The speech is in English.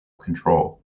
control